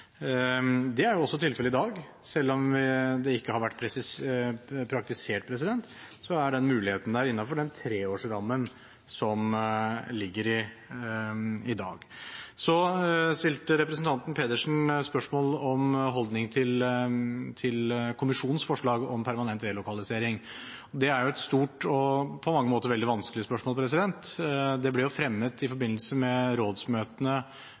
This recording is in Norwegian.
Det er også tilfellet i dag. Selv om det ikke har vært praktisert, er muligheten der, innenfor den treårsrammen som foreligger i dag. Representanten Pedersen stilte spørsmål om holdning til kommisjonens forslag om permanent relokalisering. Det er et stort og på mange måter veldig vanskelig spørsmål. Det ble fremmet i forbindelse med rådsmøtene